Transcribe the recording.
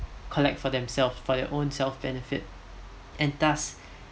collect for themself for their own self benefit and thus